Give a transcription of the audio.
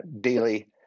daily